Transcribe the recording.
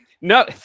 No